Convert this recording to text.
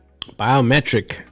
Biometric